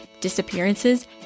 disappearances